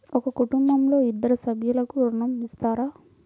ఒక కుటుంబంలో ఇద్దరు సభ్యులకు ఋణం ఇస్తారా?